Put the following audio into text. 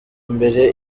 mbere